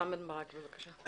רם בן ברק, בבקשה.